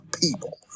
people